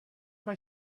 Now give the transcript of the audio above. buy